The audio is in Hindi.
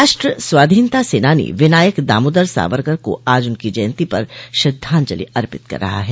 राष्ट्र स्वाधीनता सेनानी विनायक दामोदर सावरकर को आज उनकी जयन्ती पर श्रद्धाजंलि अर्पित कर रहा है